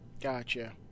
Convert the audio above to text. Gotcha